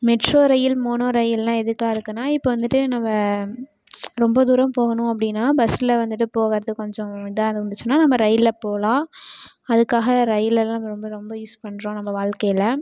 metro rail mono ரயில்லாம் எதுக்காக இருக்குதுன்னா இப்போ வந்துவிட்டு நம்ம ரொம்ப தூரம் போகணும் அப்படின்னா பஸ்ஸில் வந்துவிட்டு போகிறது கொஞ்சம் இதாக இருந்துச்சுன்னா நம்ம ரயிலில் போகலாம் அதுக்காக ரயிலெல்லாம் நம்ம ரொம்ப ரொம்ப யூஸ் பண்ணுறோம் நம்ம வாழ்க்கைல